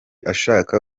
ashaka